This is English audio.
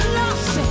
lost